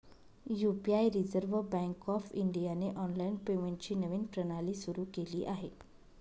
UPI reserve bank of इंडियाने online पेमेंटची नवीन प्रणाली सुरू केली आहे